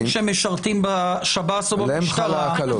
שמשרתים בשב"ס או במשטרה -- עליהם חלות הקלות.